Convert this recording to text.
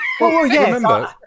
remember